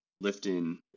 lifting